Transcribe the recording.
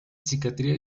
psiquiatría